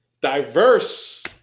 diverse